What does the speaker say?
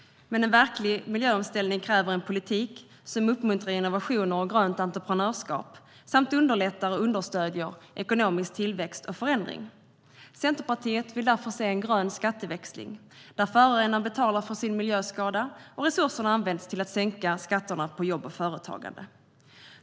Men en verklig miljöomställning kräver en politik som uppmuntrar innovationer och grönt entreprenörskap samt understöder och underlättar för ekonomisk tillväxt och förändring. Centerpartiet vill därför se en grön skatteväxling, där förorenaren betalar för sin miljöskada och resurserna används till att sänka skatterna på jobb och företagande.